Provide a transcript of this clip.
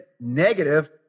negative